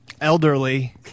elderly